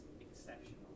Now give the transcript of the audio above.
exceptional